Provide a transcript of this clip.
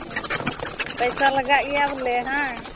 ᱚ ᱯᱟᱭᱥᱟ ᱞᱟᱜᱟᱜ ᱜᱮᱭᱟ ᱵᱚᱞᱮ ᱵᱟᱝ